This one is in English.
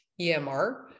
EMR